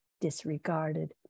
disregarded